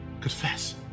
Confess